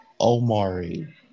Omari